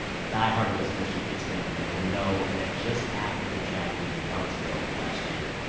but die-hard listeners to it's been a minute will know that just after the tragedy in charlottesville last year,